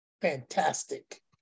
fantastic